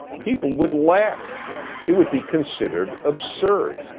people would laugh it would be considered absurd.